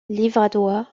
livradois